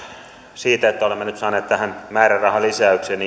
siitä että olemme nyt saaneet tähän hallinnonalalle määrärahalisäyksen